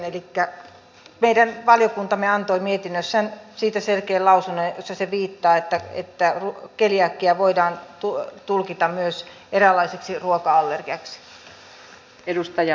elikkä meidän valiokuntamme antoi mietinnössään siitä selkeän lausunnon jossa se viittaa että keliakia voidaan tulkita myös eräänlaiseksi ruoka allergiaksi